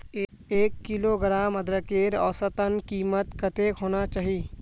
एक किलोग्राम अदरकेर औसतन कीमत कतेक होना चही?